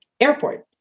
Airport